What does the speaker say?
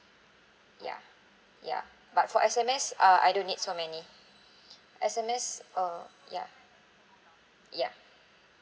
ya ya but for S_M_S uh I don't need so many S_M_S uh ya ya